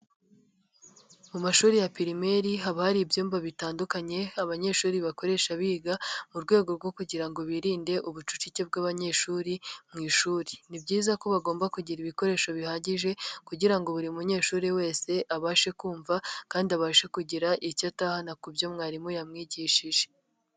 Mu mashuri ya pirimeri haba hari ibyumba bitandukanye abanyeshuri bakoresha biga mu rwego rwo kugira ngo birinde ubucucike bw'abanyeshuri mu ishuri. Ni byiza ko bagomba kugira ibikoresho bihagije kugira ngo buri munyeshuri wese abashe kumva kandi abashe kugira icyo atahana ku byo umwarimu yamwigishije.